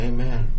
Amen